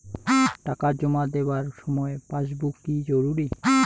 টাকা জমা দেবার সময় পাসবুক কি জরুরি?